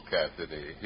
Cassidy